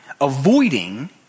avoiding